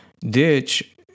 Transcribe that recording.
ditch